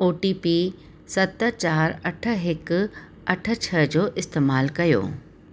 ओ T P सत चार अठ हिकु अठ छह जो इस्तेमालु कयो